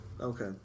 Okay